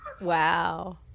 Wow